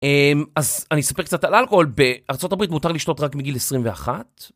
אז אני אספר קצת על אלכוהול בארה״ב מותר לשתות רק מגיל 21.